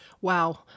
Wow